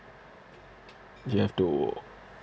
you have to